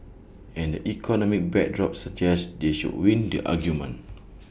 and the economic backdrop suggests they should win the argument